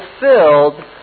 fulfilled